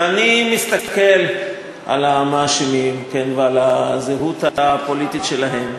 ואני מסתכל על המאשימים ועל הזהות הפוליטית שלהם,